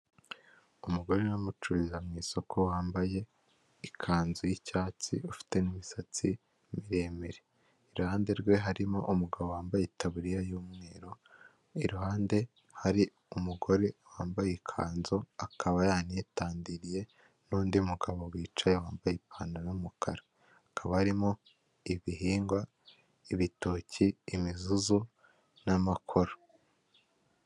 Umugore urimo acururiza mu isoko ,wambaye ikanzu y'icyatsi ufite n'imisatsi miremire ,iruhande rwe harimo umugabo wambaye itaburiya y'umweru ,iruhande hari umugore wambaye ikanzu akaba yanitandiriye, n'undi mugabo wicaye wambaye ipantaro y'umukara. Hakaba harimo ibihingwa ibitoki, imizuzu ,n'amakoro.